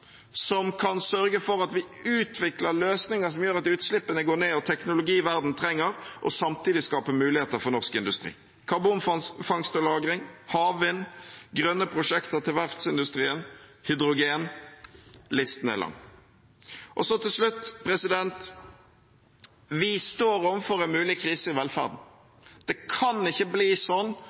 som kan sørge for at vi utvikler løsninger som gjør at utslippene går ned og teknologi verden trenger, og samtidig skaper muligheter for norsk industri: karbonfangst og -lagring, havvind, grønne prosjekter til verftsindustrien, hydrogen – listen er lang. Og så til slutt: Vi står overfor en mulig krise i velferden. Det kan ikke bli sånn